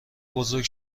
بزرگ